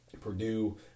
Purdue